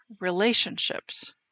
relationships